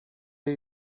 jej